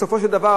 בסופו של דבר,